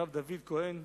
הרב דוד כהן,